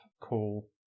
call